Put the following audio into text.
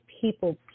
people